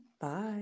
Bye